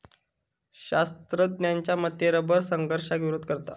शास्त्रज्ञांच्या मते रबर घर्षणाक विरोध करता